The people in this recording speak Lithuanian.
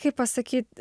kaip pasakyt